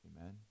Amen